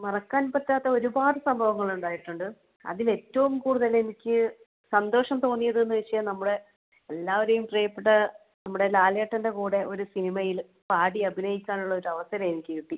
മറക്കാൻ പറ്റാത്ത ഒരുപാട് സംഭവങ്ങളുണ്ടായിട്ടുണ്ട് അതിൽ ഏറ്റവും കൂടുതൽ എനിക്ക് സന്തോഷം തോന്നിയതെന്ന് വെച്ചാൽ നമ്മുടെ എല്ലാവരുടേയും പ്രിയപ്പെട്ട നമ്മുടെ ലാലേട്ടൻ്റെ കൂടെ ഒരു സിനിമയിൽ പാടി അഭിനയിക്കാനുള്ള ഒരവസരം എനിക്ക് കിട്ടി